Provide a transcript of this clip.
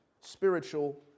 Spiritual